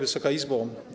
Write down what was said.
Wysoka Izbo!